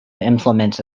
implement